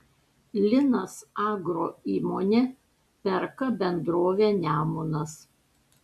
linas agro įmonė perka bendrovę nemunas